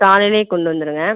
காலையில் கொண்டு வந்துருங்க